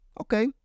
Okay